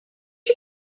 you